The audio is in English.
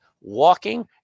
walking